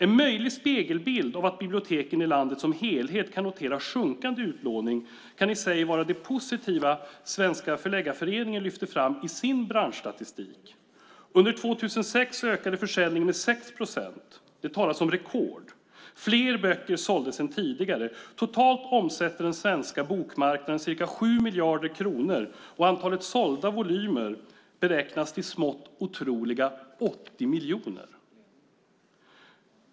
En möjlig spegelbild av att biblioteken i landet som helhet kan notera sjunkande utlåning kan i sig vara det positiva som Svenska Förläggareföreningen lyfter fram i sin branschstatistik. Under 2006 ökade försäljningen med 6 procent. Det talas om rekord. Fler böcker såldes än tidigare. Totalt omsätter den svenska bokmarknaden ca 7 miljarder kronor, och antalet sålda volymer beräknas till smått otroliga 80 miljoner.